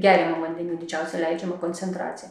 geriamam vandeniui didžiausią leidžiamą koncentraciją